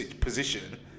position